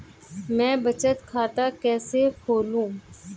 मैं बचत खाता कैसे खोलूं?